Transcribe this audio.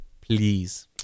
please